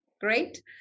great